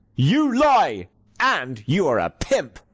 you lie and you are a pimp.